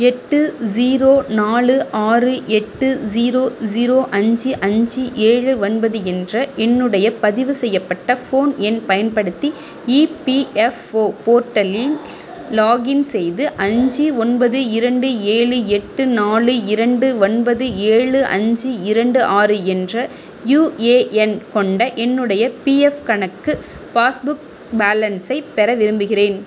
எட்டு ஜீரோ நாலு ஆறு எட்டு ஜீரோ ஜீரோ அஞ்சு அஞ்சு ஏழு ஒன்பது என்ற என்னுடைய பதிவு செய்யப்பட்ட ஃபோன் எண் பயன்படுத்தி இபிஎஃப்ஓ போர்ட்டலில் லாக்இன் செய்து அஞ்சு ஒன்பது இரண்டு ஏழு எட்டு நாலு இரண்டு ஒன்பது ஏழு அஞ்சு இரண்டு ஆறு என்ற யுஏஎன் கொண்ட என்னுடைய பிஎஃப் கணக்கு பாஸ்புக் பேலன்ஸை பெற விரும்புகிறேன்